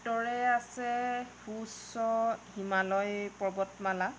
উত্তৰে আছে সু উচ্চ হিমালয় পৰ্বতমালা